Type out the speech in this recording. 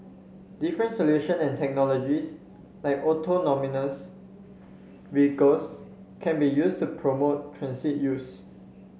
different solutions and technologies like vehicles can be used to promote transit use